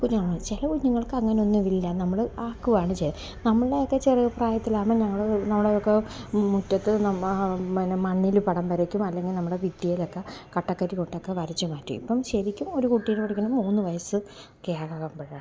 ചില കുഞ്ഞുങ്ങൾക്ക് അങ്ങനെയൊന്നും ഇല്ല നമ്മള് ആക്കുകയാണ് ചെയ്യുക നമ്മളുടെയൊക്കെ ചെറുപ്രായത്തിലാകുമ്പോള് ഞങ്ങള് നമ്മളുടെയൊക്ക മുറ്റത്ത് നമ്മള് പിന്നെ മണ്ണില് പടം വരയ്ക്കും അല്ലെങ്കിൽ നമ്മുടെ ഭിത്തിയിലൊക്ക കട്ടേകേറ്റി ഒട്ടൊക്കെ വരച്ചുമാറ്റും ഇപ്പോള് ശരിക്കും ഒരു കുട്ടീനെ പഠിപ്പിക്കുന്നത് മൂന്ന് വയസ്സ് ഒക്കെ ആകുമ്പോഴാണ്